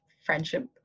friendship